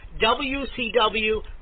WCW